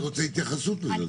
אני רוצה התייחסות לזה.